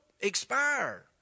expire